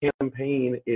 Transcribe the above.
campaign